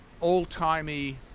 old-timey